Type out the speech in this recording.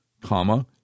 comma